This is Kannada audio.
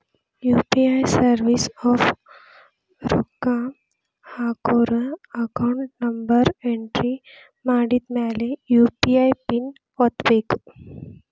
ಯು.ಪಿ.ಐ ಸರ್ವಿಸ್ ಆಪ್ ರೊಕ್ಕ ಹಾಕೋರ್ ಅಕೌಂಟ್ ನಂಬರ್ ಎಂಟ್ರಿ ಮಾಡಿದ್ಮ್ಯಾಲೆ ಯು.ಪಿ.ಐ ಪಿನ್ ಒತ್ತಬೇಕು